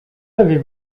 avez